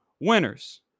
winners